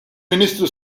ministru